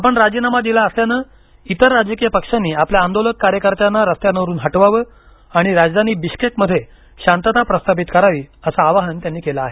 आपण राजीनामा दिला असल्यानं इतर राजकीय पक्षांनी आपल्या आंदोलक कार्यकर्त्यांना रस्त्यांवरून हटवावं आणि राजधानी बिश्केक मध्ये शांतता प्रस्थापित करावी असं आवाहन त्यांनी केलं आहे